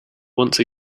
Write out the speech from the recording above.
once